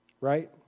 right